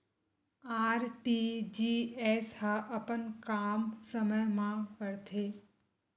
RTGS ह अपन काम समय मा करथे?